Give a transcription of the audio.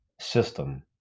system